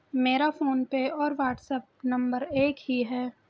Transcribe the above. मेरा फोनपे और WhatsApp number एक ही है